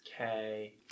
Okay